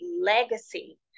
Legacy